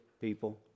people